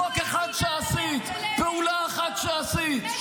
חוק אחד שעשית, פעולה אחת שעשית?